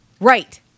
right